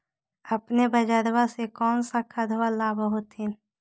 अपने बजरबा से कौन सा खदबा लाब होत्थिन?